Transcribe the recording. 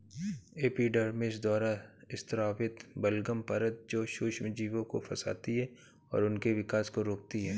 epidermis द्वारा स्रावित बलगम परत जो सूक्ष्मजीवों को फंसाती है और उनके विकास को रोकती है